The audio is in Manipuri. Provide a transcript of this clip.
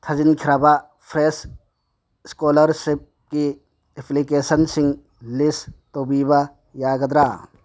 ꯊꯥꯖꯤꯟꯈ꯭ꯔꯕ ꯐ꯭ꯔꯦꯁ ꯏꯁꯀꯣꯂꯔꯁꯤꯞꯀꯤ ꯑꯦꯄ꯭ꯂꯤꯀꯦꯁꯟꯁꯤꯡ ꯂꯤꯁ ꯇꯧꯕꯤꯕ ꯌꯥꯒꯗ꯭ꯔꯥ